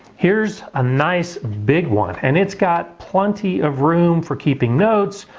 here's a nice big one and it's got plenty of room for keeping notes,